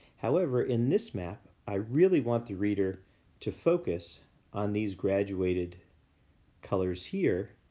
however, in this map, i really want the reader to focus on these graduated colors here,